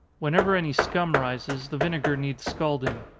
whenever any scum rises, the vinegar needs scalding.